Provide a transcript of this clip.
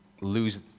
lose